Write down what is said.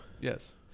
Yes